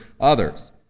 others